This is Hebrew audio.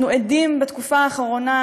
אנחנו עדים בתקופה האחרונה,